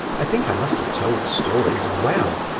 i think i must have told stories well,